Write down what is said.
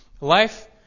Life